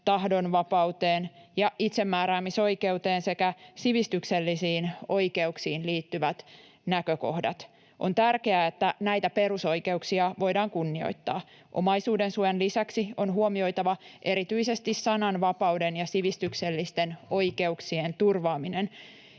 tahdonvapauteen ja itsemääräämisoikeuteen sekä sivistyksellisiin oikeuksiin liittyvät näkökohdat. On tärkeää, että näitä perusoikeuksia voidaan kunnioittaa. Omaisuudensuojan lisäksi on huomioitava erityisesti sananvapauden ja sivistyksellisten oikeuksien turvaaminen.